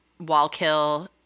Wallkill